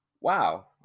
Wow